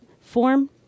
form